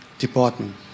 department